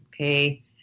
Okay